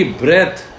breath